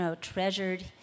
treasured